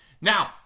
Now